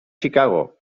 chicago